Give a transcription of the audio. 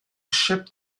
ship